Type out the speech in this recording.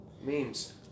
Memes